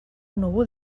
núvol